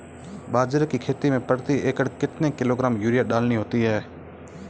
बाजरे की खेती में प्रति एकड़ कितने किलोग्राम यूरिया डालनी होती है?